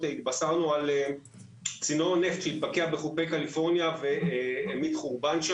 התבשרנו על צינור נפט שהתבקע בחופי קליפורניה והמיט שם חורבן.